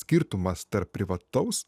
skirtumas tarp privataus